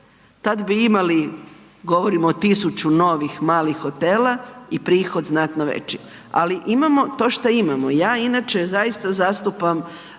tad bi imali, govorimo o 1000 novih malih hotela i prihod znatno veći. Ali imamo to što imamo, ja inače zaista zastupam